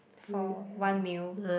for one meal